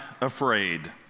afraid